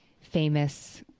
famous